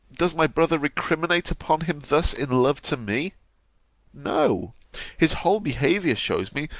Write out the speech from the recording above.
does my brother recriminate upon him thus in love to me no his whole behaviour shews me,